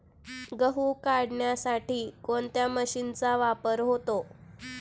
गहू काढण्यासाठी कोणत्या मशीनचा वापर होतो?